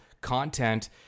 content